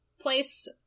place